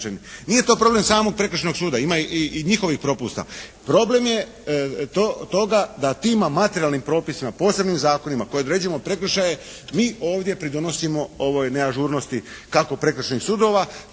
Nije to problem samog Prekršajnoj suda, ima i njihovih propusta, problem je toga da tima materijalnim propisima posebnim zakonima kojima određujemo prekršaje, mi ovdje pridonosimo ovoj neažurnosti kako prekršajnih sudova